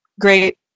great